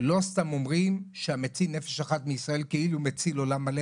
לא סתם אומרים שהמציל נפש אחת מישראל כאילו הציל עולם מלא.